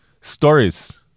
stories